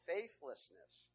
Faithlessness